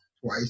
twice